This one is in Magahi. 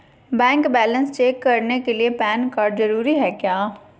बैंक बैलेंस चेक करने के लिए पैन कार्ड जरूरी है क्या?